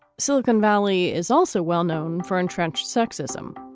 silicon valley is also well-known for entrenched sexism.